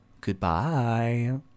Goodbye